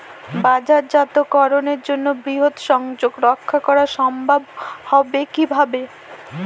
বাজারজাতকরণের জন্য বৃহৎ সংযোগ রক্ষা করা সম্ভব হবে কিভাবে?